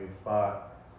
spot